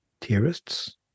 terrorists